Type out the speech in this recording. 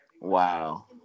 Wow